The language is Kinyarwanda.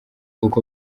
uko